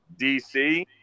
DC